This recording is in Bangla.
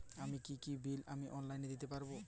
আর কি কি বিল আমি অনলাইনে দিতে পারবো?